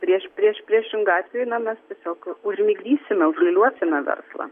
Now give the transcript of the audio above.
prieš prieš priešingu atveju na mes tiesiog užmigdysime užliūliuosime verslą